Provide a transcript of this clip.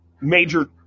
major